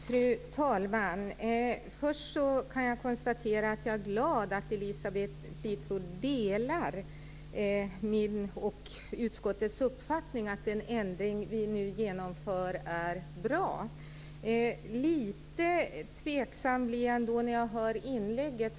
Fru talman! Först kan jag konstatera att jag är glad att Elisabeth Fleetwood delar min och utskottets uppfattning att den ändring vi nu genomför är bra. Lite tveksam blir jag ändå när jag hör inlägget.